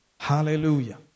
Hallelujah